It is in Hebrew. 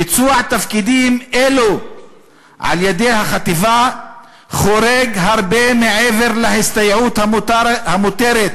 ביצוע תפקידים אלו על-ידי החטיבה חורג הרבה מעבר להסתייעות המותרת